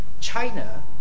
China